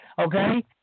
Okay